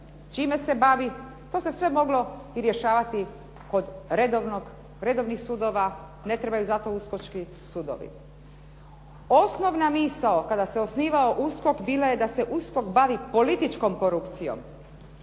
čime se bavi to se sve moglo i rješavati kod redovnih sudova, ne trebaju zato uskočki sudovi. Osnovna misao kada se osnivao USKOK bila je da se USKOK bavi političkom korupcijom